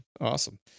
Awesome